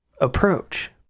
approach